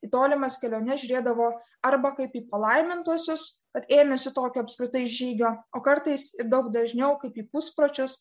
į tolimas keliones žiūrėdavo arba kaip į palaimintuosius kad ėmėsi tokio apskritai žygio o kartais ir daug dažniau kaip į puspročius